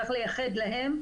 צריך לייחד להם,